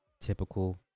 typical